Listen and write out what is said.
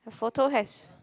her photo has